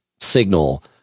signal